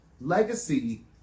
Legacy